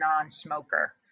non-smoker